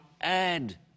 add